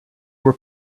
were